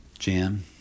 Jam